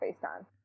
FaceTime